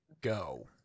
go